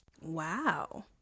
Wow